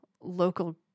local